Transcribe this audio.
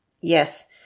Yes